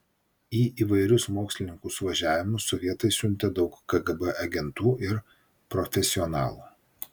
į įvairius mokslininkų suvažiavimus sovietai siuntė daug kgb agentų ir profesionalų